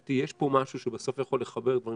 לדעתי יש פה משהו שבסוף יכול לחבר דברים